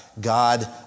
God